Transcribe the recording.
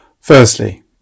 Firstly